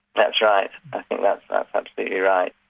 that's right, i think that's that's absolutely right.